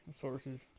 sources